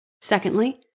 Secondly